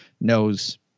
knows